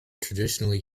traditionally